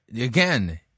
Again